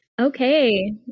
Okay